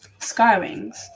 Skywings